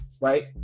right